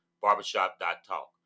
barbershop.talk